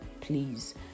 please